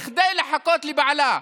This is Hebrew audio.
כדי לחכות לבעלה.